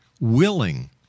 willing